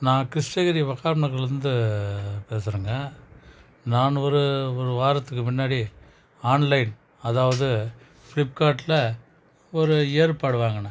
நான் கிருஷ்ணகிரி மஸ்தான் நகர்லேருந்து பேசுறேங்க நான் ஒரு ஒரு வாரத்துக்கு முன்னாடி ஆன்லைன் அதாவது ஃபிளிப்கார்ட்டில் ஒரு ஏர்பேட் வாங்கினேன்